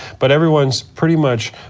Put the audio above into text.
but everyone's pretty much